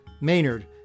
Maynard